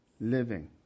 living